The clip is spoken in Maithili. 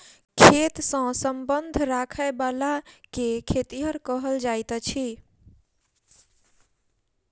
खेत सॅ संबंध राखयबला के खेतिहर कहल जाइत अछि